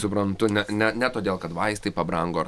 suprantu ne ne ne todėl kad vaistai pabrango ar